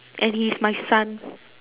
and he's my son